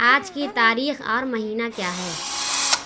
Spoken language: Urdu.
آج کی تاریخ اور مہینہ کیا ہے